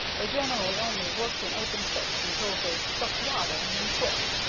they generally only worked in open pits until they struck water, and then quit.